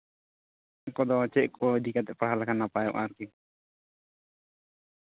ᱠᱚᱫᱚ ᱪᱮᱫ ᱠᱚ ᱤᱫᱤ ᱠᱟᱛᱮᱫ ᱯᱟᱲᱦᱟᱣ ᱞᱮᱠᱷᱟᱱ ᱱᱟᱯᱟᱭᱚᱜᱼᱟ ᱟᱨᱠᱤ